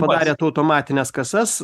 padarėt automatines kasas